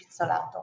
Pizzolato